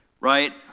right